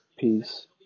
Peace